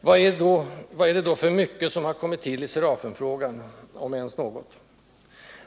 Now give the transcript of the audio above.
Vad är det då för ”mycket”, som kommit till i Serafenfrågan, om ens något?